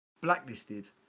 blacklisted